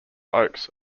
oaks